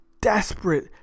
desperate